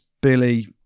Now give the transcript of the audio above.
Billy